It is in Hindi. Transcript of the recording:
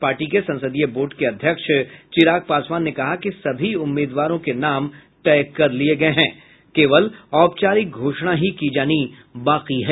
पार्टी के संसदीय बोर्ड के अध्यक्ष चिराग पासवान ने कहा कि सभी उम्मीदवारों के नाम तय कर लिये गये है केवल औपचारिक घोषणा की जानी बाकी है